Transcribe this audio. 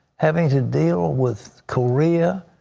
having to deal with korea,